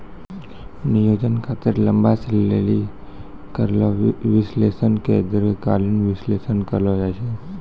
नियोजन खातिर लंबा समय लेली करलो विश्लेषण के दीर्घकालीन विष्लेषण कहलो जाय छै